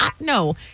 No